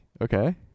Okay